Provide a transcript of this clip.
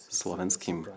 slovenským